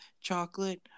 chocolate